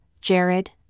Jared